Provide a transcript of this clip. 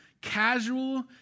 casual